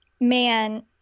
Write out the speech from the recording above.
Man